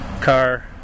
car